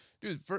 Dude